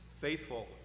faithful